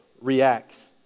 reacts